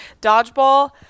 Dodgeball